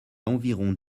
environ